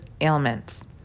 ailments